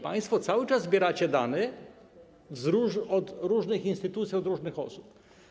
Państwo cały czas zbieracie dane od różnych instytucji, od różnych osób.